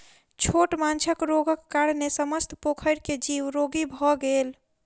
छोट माँछक रोगक कारणेँ समस्त पोखैर के जीव रोगी भअ गेल